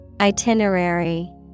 Itinerary